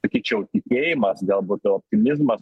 sakyčiau tikėjimas gal būt optimizmas